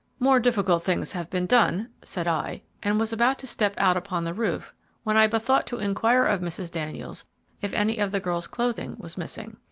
more difficult things have been done, said i and was about to step out upon the roof when i bethought to inquire of mrs. daniels if any of the girl's clothing was missing.